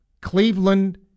Cleveland